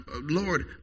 Lord